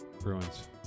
Bruins